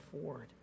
afford